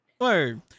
Word